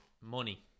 money